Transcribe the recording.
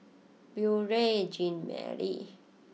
Beurel Jean Marie